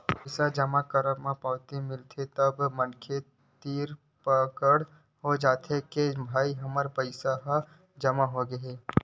पइसा जमा करबे त पावती मिलथे तब मनखे तीर पकड़ हो जाथे के भई हमर पइसा ह जमा होगे